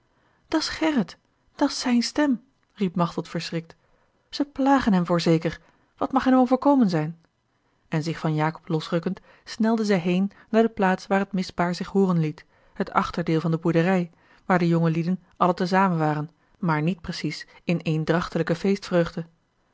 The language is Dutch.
noodkreten dat's gerrit dat's zijne stem riep machteld verschrikt ze plagen hem voorzeker wat mag hem overkomen zijn en zich van jacob losrukkend snelde zij heen naar de plaats waar het misbaar zich hooren liet het achterdeel van de boerderij waar de jongelieden allen te zamen waren maar niet precies in eendrachtelijke